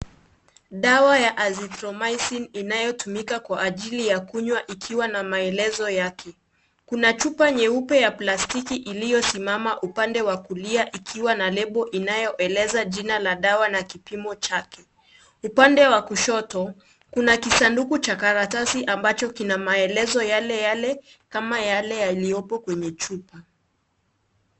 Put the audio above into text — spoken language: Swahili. Dawa ya azithromycin inayotumika kwa kunywa kwa kuwa na maelezo yake kuna chupa nyeupe ya plastiki iliyosimama upande wa kulia ikiwa na lebo inayoeleza jina la dawa na kipimo chake, upande wa kushoto kuna kisanduku cha karatasi ambacho kina maelezo yaleyale kama yale yaliopo kwenye chupa.